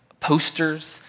posters